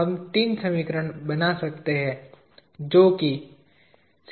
हम तीन समीकरण बना सकते हैं